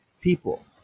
people